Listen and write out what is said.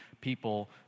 people